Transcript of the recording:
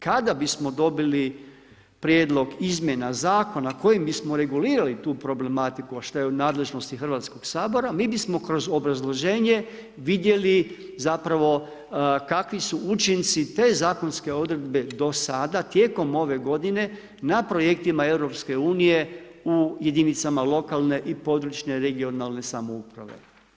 Kada bismo dobili prijedlog izmjena zakona kojim bismo regulirali tu problematiku, a što je u nadležnosti Hrvatskog sabora, mi bismo kroz obrazloženje vidjeli kakvi su učinci te zakonske odredbe do sada, tijekom ove g. na projektima EU u jedinicama lokalne i područne, regionalne, samouprave.